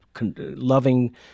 loving